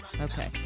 okay